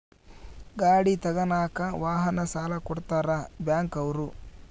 ಗಾಡಿ ತಗನಾಕ ವಾಹನ ಸಾಲ ಕೊಡ್ತಾರ ಬ್ಯಾಂಕ್ ಅವ್ರು